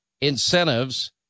incentives